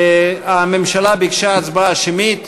הממשלה ביקשה הצבעה שמית.